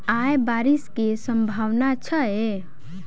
आय बारिश केँ सम्भावना छै?